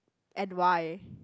and why